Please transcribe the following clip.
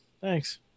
Thanks